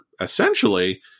essentially